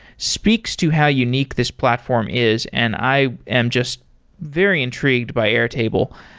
speaks to how unique this platform is and i am just very intrigued by airtable.